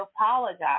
apologize